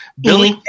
Billy